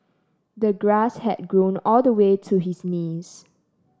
the grass had grown all the way to his knees